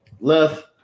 Left